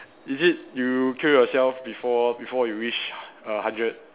is it you kill yourself before before you reach err hundred